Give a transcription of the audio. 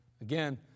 Again